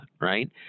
Right